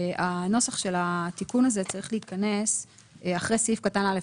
הנוסח של התיקון הזה צריך להיכנס אחרי סעיף קטן (א).